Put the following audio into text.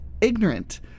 ignorant